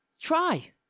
try